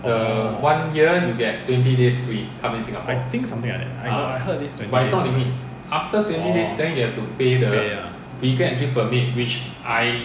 orh I think something like that I heard this twenty days [one] orh pay lah